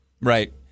Right